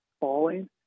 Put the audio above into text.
falling